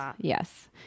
yes